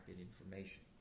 information